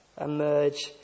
emerge